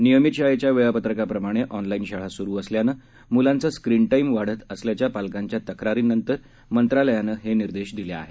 नियमित शाळेच्या वेळापत्रकाप्रमाणे ऑनलाईन शाळा स्रु असल्यानं म्लांचा स्क्रीन टाईम वाढत असल्याच्या पालकांच्या तक्रारीनंतर मंत्रालयानं हे निर्देश दिले आहेत